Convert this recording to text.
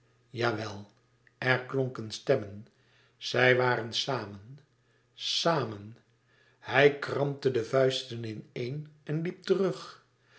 jawel er klonken stemmen zij waren samen samen hij krampte de vuisten ineen en liep terug